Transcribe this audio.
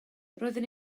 roeddwn